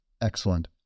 Excellent